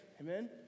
amen